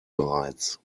bereits